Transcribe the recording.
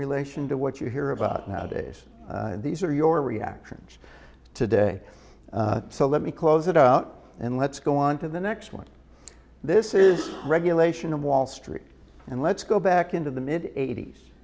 relation to what you hear about now days these are your reactions today so let me close it out and let's go on to the next one this is regulation of wall street and let's go back into the mid eight